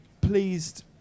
pleased